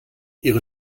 ihre